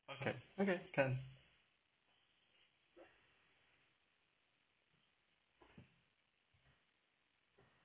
okay okay can